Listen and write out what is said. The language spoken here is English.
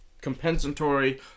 compensatory